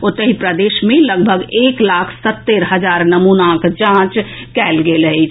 ओतहि राज्य मे लगभग एक लाख सत्तरि हजार नमूनाक जांच कएल गेल अछि